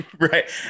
right